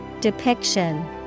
Depiction